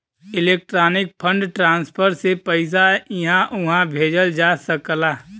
electronic fund transfer से पइसा इहां उहां भेजल जा सकला